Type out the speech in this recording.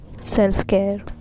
self-care